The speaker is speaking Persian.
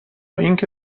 اینکه